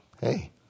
hey